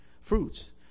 fruits